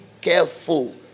careful